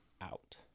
out